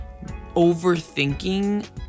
overthinking